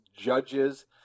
Judges